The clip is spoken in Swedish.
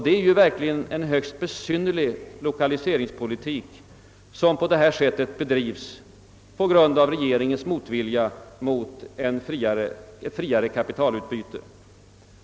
Det är verkligen en högst besynnerlig lokaliseringspolitik som bedrives på grund av regeringens motvilja mot ett friare kapitalutbyte.